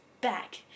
back